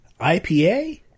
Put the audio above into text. IPA